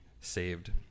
saved